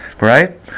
right